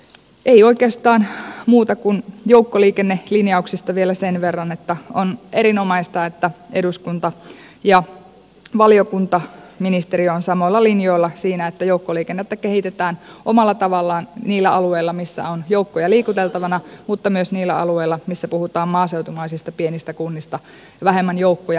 ei oikeastaan muuta kuin joukkoliikennelinjauksista vielä sen verran että on erinomaista että eduskunta valiokunta ja ministeriö ovat samoilla linjoilla siinä että joukkoliikennettä kehitetään omalla tavallaan niillä alueilla missä on joukkoja liikuteltavana mutta myös niillä alueilla missä puhutaan maaseutumaisista pienistä kunnista missä on vähemmän joukkoja